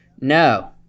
No